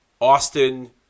Austin